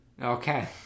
Okay